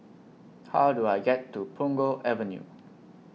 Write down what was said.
How Do I get to Punggol Avenue